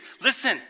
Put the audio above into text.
listen